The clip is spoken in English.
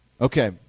Okay